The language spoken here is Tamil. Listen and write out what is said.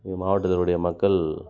இந்த மாவட்டத்தினுடைய மக்கள்